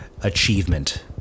achievement